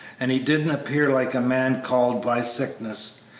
and he didn't appear like a man called by sickness.